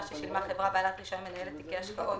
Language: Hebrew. ששילמה חברה בעלת רישיון מנהלת תיקי השקעות